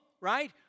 right